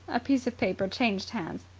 a piece of paper changed hands.